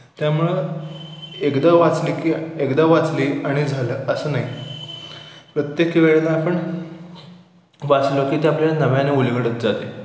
त्यामुळं एकदा वाचले की एकदा वाचली आणि झालं असं नाही प्रत्येक वेळेला आपण वाचलं की ते आपल्याला नव्याने उलगडत जाते